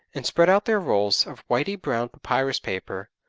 and spread out their rolls of whitey-brown papyrus-paper,